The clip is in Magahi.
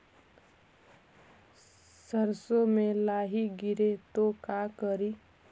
सरसो मे लाहि गिरे तो का करि?